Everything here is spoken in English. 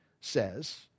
says